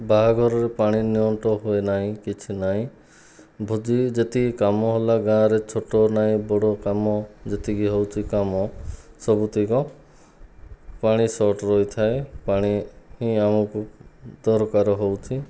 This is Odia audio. ବାହାଘରରେ ପାଣି ନିଅଣ୍ଟ ହୁଏନାହିଁ କିଛି ନାହିଁ ଭୋଜି ଯେତିକି କାମ ହେଲା ଗାଁରେ ଛୋଟ ନାହିଁ ବଡ଼ କାମ ଯେତିକି ହେଉଛି କାମ ସବୁତକ ପାଣି ସଟ୍ ରହିଥାଏ ପାଣି ଇଏ ଆମକୁ ଦରକାର ହେଉଛି